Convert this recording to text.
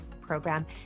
program